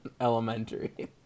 elementary